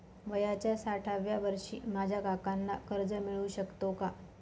वयाच्या साठाव्या वर्षी माझ्या काकांना कर्ज मिळू शकतो का?